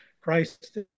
christ